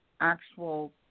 actual